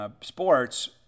sports